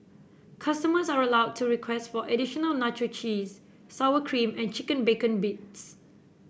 customers are allowed to request for additional nacho cheese sour cream and chicken bacon bits